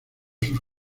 sus